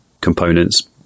components